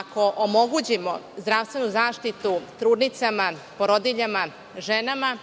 ako omogućimo zdravstvenu zaštitu trudnicama, porodiljama, ženama